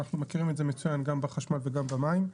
ואנחנו מכירים את זה מצוין גם בחשמל וגם במים,